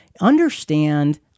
Understand